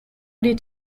did